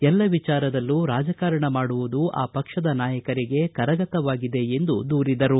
ಎಲ್ಲ ವಿಚಾರದಲ್ಲೂ ರಾಜಕಾರಣ ಮಾಡುವುದು ಆ ಪಕ್ಷದ ನಾಯಕರಿಗೆ ಕರಗತವಾಗಿದೆ ಎಂದು ದೂರಿದರು